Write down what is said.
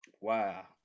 Wow